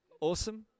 awesome